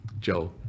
Joe